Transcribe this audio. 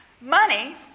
Money